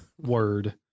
word